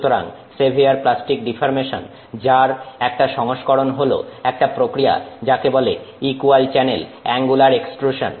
সুতরাং severe plastic deformation যার একটা সংস্করণ হল একটা প্রক্রিয়া যাকে বলে ইকুয়াল চ্যানেল অ্যাঙ্গুলার এক্সট্রুসান